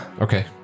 Okay